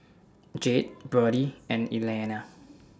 Jade Brody and Elaina